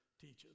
teaches